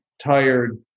tired